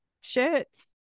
shirts